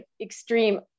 extreme